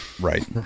right